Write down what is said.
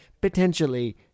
Potentially